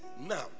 now